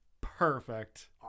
Perfect